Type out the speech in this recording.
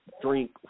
drink